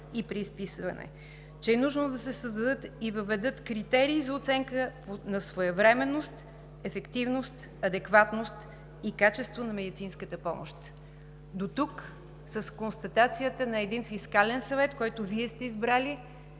и при изписване; че е нужно да се създадат и въведат критерии за оценка на своевременност, ефективност, адекватност и качество на медицинската помощ. Дотук с констатацията на един Фискален съвет, който Вие сте избрали